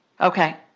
Okay